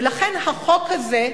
ולכן החוק הזה,